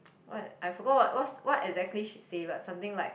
what I forgot what whats what exactly she said lah something like